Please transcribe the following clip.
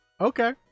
Okay